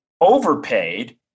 overpaid